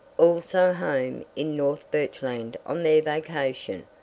also home in north birchland on their vacation,